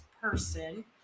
person